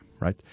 right